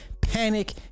panic